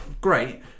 great